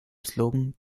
slogan